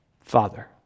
Father